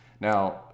Now